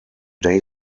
day